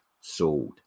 sold